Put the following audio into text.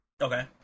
Okay